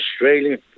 Australia